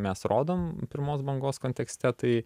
mes rodom pirmos bangos kontekste tai